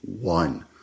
one